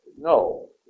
No